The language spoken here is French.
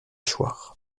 choir